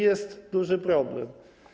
Jest duży problem.